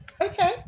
Okay